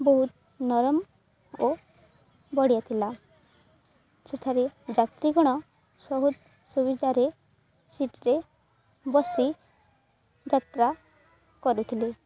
ବହୁତ ନରମ ଓ ବଢ଼ିଆ ଥିଲା ସେଠାରେ ଯାତ୍ରୀଗଣ ସୁବିଧାରେ ସିଟ୍ରେ ବସି ଯାତ୍ରା କରୁଥିଲେ